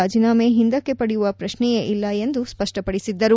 ರಾಜೀನಾಮೆ ಹಿಂದಕ್ಕೆ ಪಡೆಯುವ ಪ್ರಶ್ನೆಯೇ ಇಲ್ಲ ಎಂದು ಸ್ಪಷ್ಟಪಡಿಸಿದ್ದರು